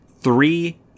three